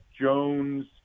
Jones